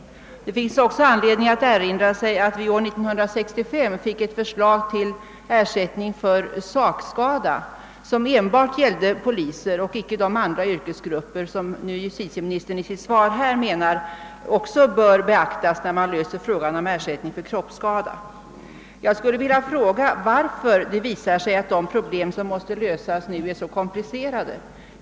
Det finns vidare anledning att erinra sig att det år 1965 framlades ett förslag om ersättning för sakskada, vilket enbart gällde poliser och icke de andra yrkesgrupper som justitieministern nu i sitt svar menar också bör beaktas när man löser frågan om ersättning för kroppsskada. Jag vill fråga varför man nu anser att de problem som måste lösas är så komplicerade.